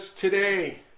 today